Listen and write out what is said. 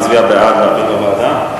הוא מצביע בעד להעביר לוועדה,